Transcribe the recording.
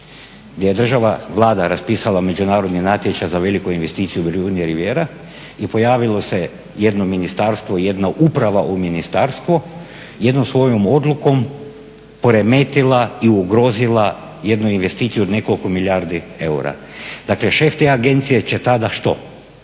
gdje je Vlada raspisala međunarodni natječaj za veliku investiciju Brijuni Rivijera i pojavilo se jedno ministarstvo i jedna uprava u ministarstvu jednom svojom odlukom poremetila i ugrozila jednu investiciju od nekoliko milijardi eura. Dakle, šef te agencije će tada što?